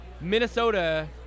Minnesota